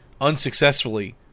unsuccessfully